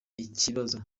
ikibazo